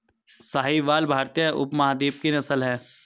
साहीवाल भारतीय उपमहाद्वीप की नस्ल है